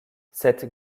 cette